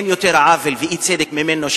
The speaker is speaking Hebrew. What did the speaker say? אין יותר עוול ואי-צדק ממנו,